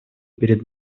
перед